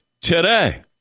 today